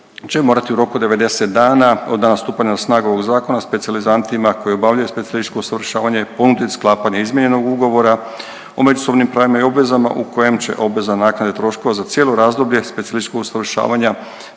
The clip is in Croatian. će morati u roku od 90 dana od dana stupanja na snagu ovog Zakona o specijalizantima koji obavljaju specijalističko usavršavanje ponuditi sklapanje izmijenjenog ugovora o međusobnim pravima i obvezama u kojem će obveza naknade troškova za cijelo razdoblje specijalističkog usavršavanja